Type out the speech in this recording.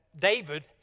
David